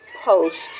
post